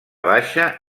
baixa